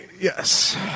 Yes